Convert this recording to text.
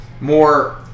more